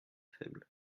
faible